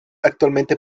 actualmente